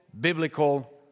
biblical